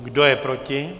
Kdo je proti?